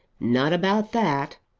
not about that.